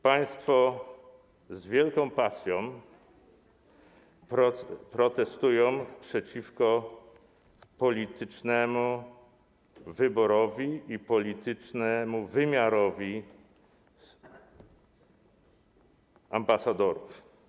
Państwo z wielką pasją protestują przeciwko politycznemu wyborowi i politycznemu wymiarowi ambasadorów.